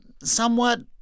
somewhat